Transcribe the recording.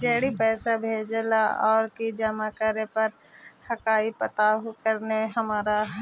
जड़ी पैसा भेजे ला और की जमा करे पर हक्काई बताहु करने हमारा?